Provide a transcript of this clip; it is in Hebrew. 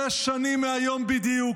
שש שנים מהיום בדיוק,